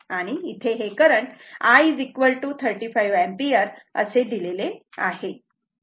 आणि इथे हे करंट I 35 एम्पिअर असे दिलेले आहे